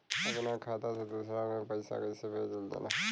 अपना खाता से दूसरा में पैसा कईसे भेजल जाला?